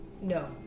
No